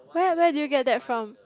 where where did you get that from